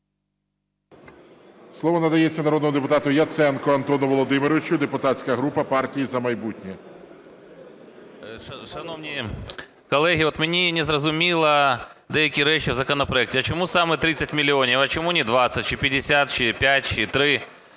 Слово надається народному депутату Яценку Антону Володимировичу, депутатська група "Партії "За майбутнє". 13:47:05 ЯЦЕНКО А.В. Шановні колеги, от мені незрозуміло деякі речі в законопроекті. А чому саме 30 мільйонів, а чому не 20 чи 50, чи 5, чи 3?